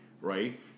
right